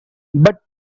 but